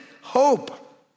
hope